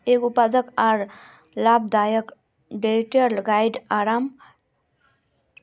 एक उत्पादक आर लाभदायक डेयरीत गाइर आराम सर्वोपरि छ